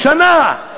מה שאתה אומר בשנת 2008,